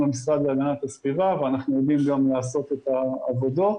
המשרד להגנת הסביבה ואנחנו יודעים גם לעשות את העבודות,